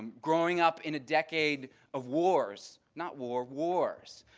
growing up in a decade of wars. not war, wars.